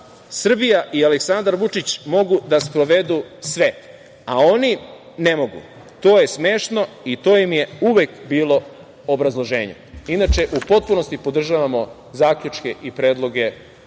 Srbija i Aleksandar Vučić mogu da sprovedu sve, a oni ne mogu. To je smešno i to im je uvek bilo obrazloženje. Inače, u potpunosti podržavamo zaključke i predloge